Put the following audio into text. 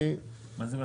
כל דבר,